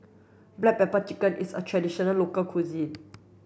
black pepper chicken is a traditional local cuisine